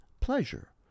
pleasure